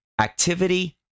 activity